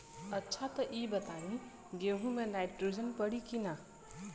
अच्छा त ई बताईं गेहूँ मे नाइट्रोजन पड़ी कि ना?